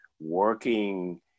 working